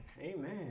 Amen